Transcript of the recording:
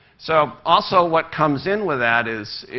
so also what comes in with that is,